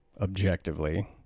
Objectively